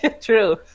True